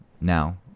now